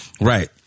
Right